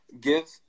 give